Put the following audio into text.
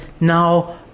now